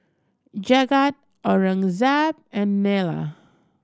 Jagat Aurangzeb and Neila